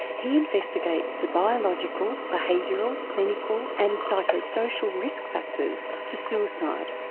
he investigates the biological, behavioural, clinical and psychosocial risk factors for suicide.